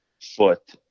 foot